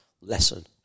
lesson